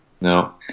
no